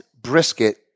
brisket